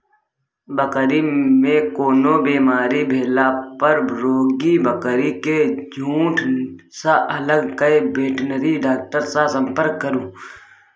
बकरी मे कोनो बेमारी भेला पर रोगी बकरी केँ झुँड सँ अलग कए बेटनरी डाक्टर सँ संपर्क करु